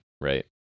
right